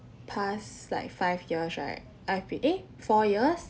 past like five years right I've been eh four years